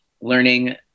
learning